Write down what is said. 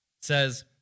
says